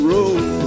Road